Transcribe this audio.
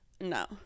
No